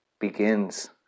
begins